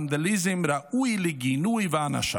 ונדליזם ראוי לגינוי והענשה.